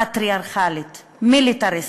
פטריארכלית, מיליטריסטית,